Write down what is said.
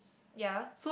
ya